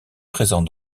présent